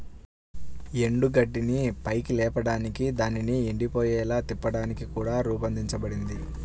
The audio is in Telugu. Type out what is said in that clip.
ఎండుగడ్డిని పైకి లేపడానికి దానిని ఎండిపోయేలా తిప్పడానికి కూడా రూపొందించబడింది